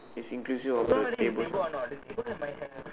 facing towards you or the table